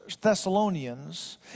Thessalonians